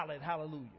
Hallelujah